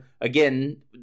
again